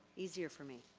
easier for me.